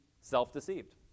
self-deceived